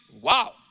Wow